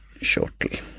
shortly